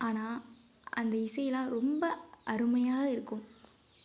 ஆனால் அந்த இசையெலாம் ரொம்ப அருமையாக இருக்கும்